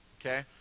okay